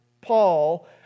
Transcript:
Paul